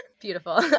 Beautiful